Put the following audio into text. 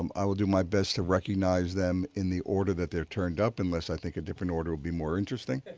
um i will do my best to recognize them in the order they're turned up unless i think a different order will be more interesting.